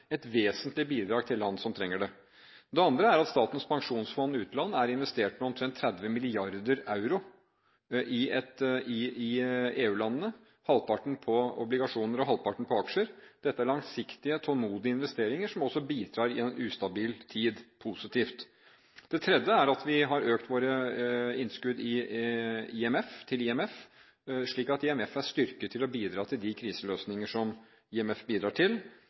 et vesentlig bidrag til land som trenger det. Det andre er at Statens pensjonsfond utland har investert med om lag 30 mrd. euro i EU-landene, halvparten på obligasjoner og halvparten på aksjer. Dette er langsiktige, tålmodige investeringer som også bidrar i en ustabil tid – positivt. Det tredje er at vi har økt våre innskudd til IMF slik at de er styrket til å bidra til de kriseløsninger som IMF bidrar til.